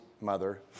mother